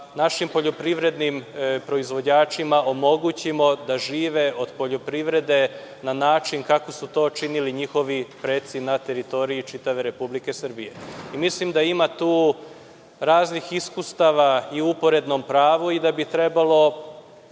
našim poljoprivrednim proizvođačima omogućimo da žive od poljoprivrede na način kako su to činili njihovi preci na teritoriji čitave Republike Srbije. Mislim da tu ima raznih iskustava i u uporednom pravu i da bi trebalo